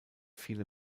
viele